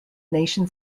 nation